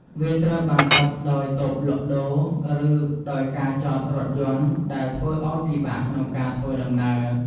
វាត្រូវបានបិទដោយតូបលក់ដូរ ឬដោយការចតរថយន្ត ដែលធ្វើឱ្យពិបាកក្នុងការធ្វើដំណើរ។